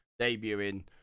debuting